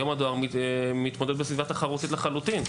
היום הדואר מתמודד בסביבה תחרותית לחלוטין,